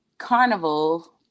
Carnival